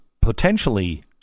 potentially